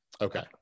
Okay